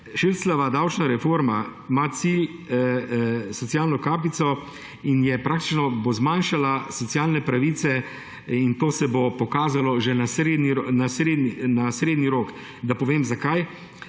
Šircljeva davčna reforma ima cilj socialno kapico in bo zmanjšala socialne pravice, to se bo pokazalo že na srednji rok. Da povem, zakaj.